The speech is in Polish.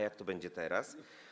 Jak to będzie teraz?